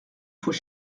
faut